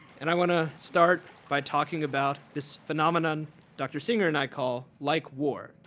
and i want to start by talking about this phenomenon doctor singer and i call like war.